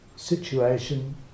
Situation